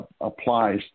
applies